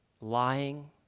lying